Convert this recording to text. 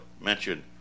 mentioned